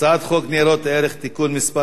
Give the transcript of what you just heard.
הצעת חוק ניירות ערך (תיקון מס'